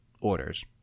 orders